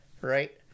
right